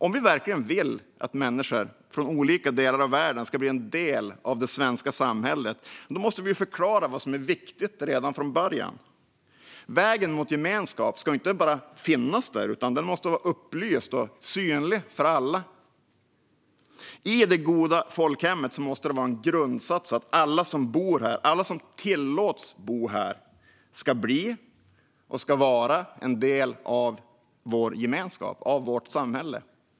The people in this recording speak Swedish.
Om vi verkligen vill att människor från olika delar av världen ska bli en del av det svenska samhället måste vi redan från början förklara vad som är viktigt. Vägen mot gemenskapen ska inte bara finnas, utan den måste vara upplyst och synlig för alla. I det goda folkhemmet måste det vara en grundsats att alla som bor här - alla som tillåts bo här - ska bli och ska vara en del av vår gemenskap, vårt samhälle.